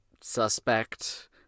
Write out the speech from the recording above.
suspect